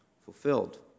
fulfilled